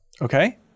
Okay